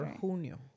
junio